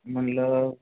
Mangala